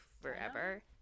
forever